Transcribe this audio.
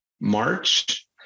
March